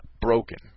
broken